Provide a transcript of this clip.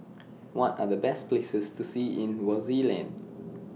What Are The Best Places to See in Swaziland